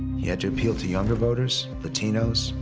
you had to appeal to younger voters, latinos,